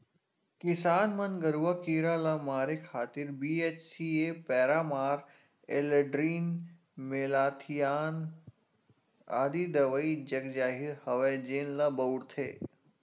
किसान मन गरूआ कीरा ल मारे खातिर बी.एच.सी.ए पैरामार, एल्ड्रीन, मेलाथियान आदि दवई जगजाहिर हवय जेन ल बउरथे